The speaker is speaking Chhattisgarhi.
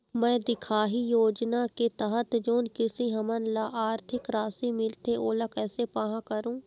मैं दिखाही योजना के तहत जोन कृषक हमन ला आरथिक राशि मिलथे ओला कैसे पाहां करूं?